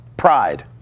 Pride